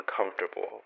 uncomfortable